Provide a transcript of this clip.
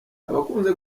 abakunze